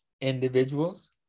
individuals